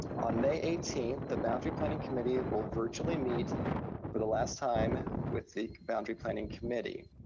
on may eighteenth, the boundary planning committee will virtually meet for the last time with the boundary planning committee.